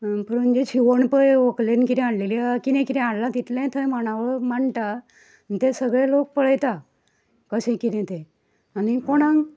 पुरून जें शिंवण पळय व्हंकलेन कितें हाडलेली आसा कितें कितें हाडलां तितलेंय थंय माणावळ माणटा तें सगळें लोक पळयता कशें कितें तें आनी कोणांक